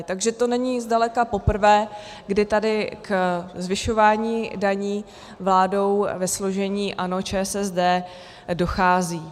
Takže to není zdaleka poprvé, kdy tady ke zvyšování daní vládou ve složení ANO, ČSSD dochází.